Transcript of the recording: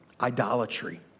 Idolatry